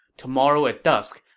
tomorrow at dusk,